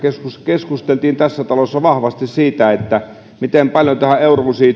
keskusteltiin tässä talossa vahvasti siitä miten paljon euroon